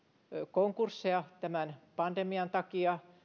konkursseja tämän pandemian takia